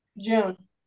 June